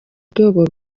rwego